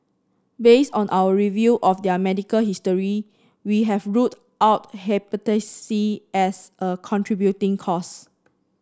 based on our review of their medical history we have ruled out Hepatitis C as a contributing cause